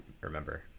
Remember